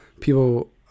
people